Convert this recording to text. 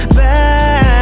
back